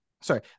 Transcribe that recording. sorry